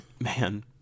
man